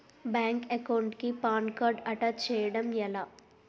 Bank account కి PAN card attach చేయడం ఎలా?